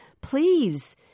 please